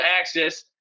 access